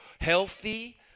healthy